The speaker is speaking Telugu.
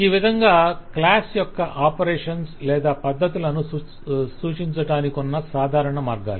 ఈ విధంగా క్లాస్ యొక్క ఆపరేషన్స్ లేదా పద్ధతులను సూచించడానికున్న సాధారణ మార్గాలు